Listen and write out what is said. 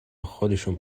خودشون